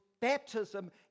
baptism